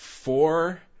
four